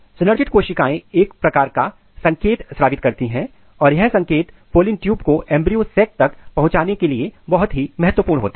synergid कोशिकाएं एक प्रकार का संकेत स्रावित करती हैं और यह संकेत पॉलिन ट्यूब को एंब्रियो सेक तक पहुंचाने के लिए बहुत ही महत्वपूर्ण होते हैं